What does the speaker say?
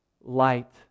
light